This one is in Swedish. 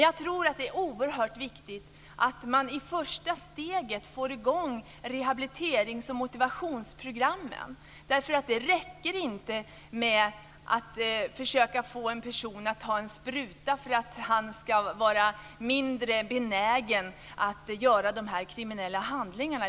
Jag tror att det är oerhört viktigt att man i ett första steg får i gång rehabiliterings och motivationsprogrammen därför att det räcker inte att försöka få en person att ta en spruta för att han ska vara mindre benägen att göra de här kriminella handlingarna.